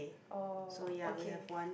oh okay